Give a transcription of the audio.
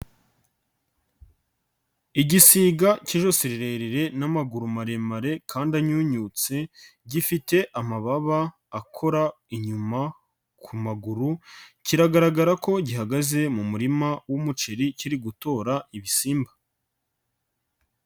Igisiga cy'ijosi rirerire n'amaguru maremare kandi anyunyutse, gifite amababa akora inyuma ku maguru, kigaragara ko gihagaze mu murima w'umuceri kiri gutora ibisimba.